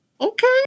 okay